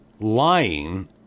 lying